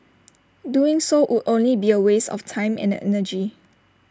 doing so would only be A waste of time and energy